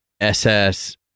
SS